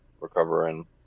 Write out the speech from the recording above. recovering